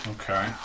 Okay